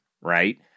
right